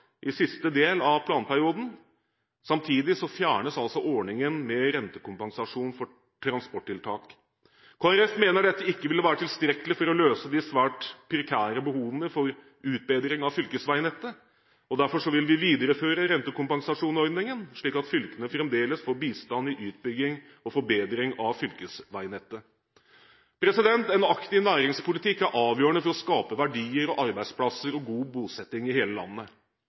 i siste del av planperioden. Samtidig fjernes ordningen med rentekompensasjon for transporttiltak. Kristelig Folkeparti mener dette ikke vil være tilstrekkelig for å løse de svært prekære behovene for utbedring av fylkesveinettet. Derfor vil vi videreføre rentekompensasjonsordningen, slik at fylkene fremdeles får bistand i utbygging og forbedring av fylkesveinettet. En aktiv næringspolitikk er avgjørende for å skape verdier, arbeidsplasser og god bosetting i hele landet.